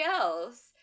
else